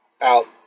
out